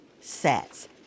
sets